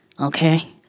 okay